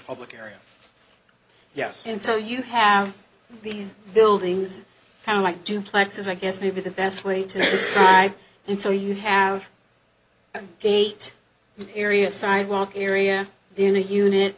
public area yes and so you have these buildings kind of like duplex is i guess maybe the best way to know and so you have a gate area sidewalk area being a unit